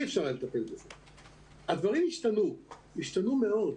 הדברים השתנו מאוד.